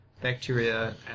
bacteria